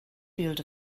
field